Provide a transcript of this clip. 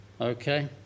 okay